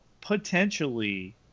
potentially